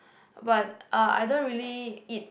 but uh I don't really eat